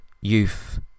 youth